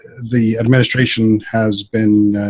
the administration has been.